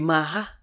Maha